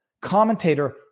Commentator